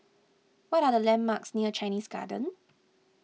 what are the landmarks near Chinese Garden